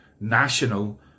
national